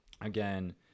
again